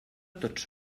tots